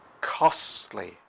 costly